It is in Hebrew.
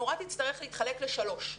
המורה תצטרך להתחלק לשלוש.